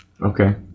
Okay